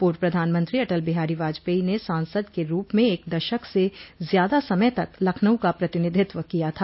पूर्व प्रधानमंत्री अटल बिहारी वाजपेयी ने सांसद के रूप में एक दशक से ज्यादा समय तक लखनऊ का प्रतिनिधित्व किया था